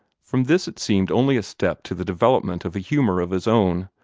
from this it seemed only a step to the development of a humor of his own,